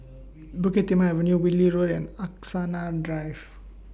Bukit Timah Avenue Whitley Road and Angsana Drive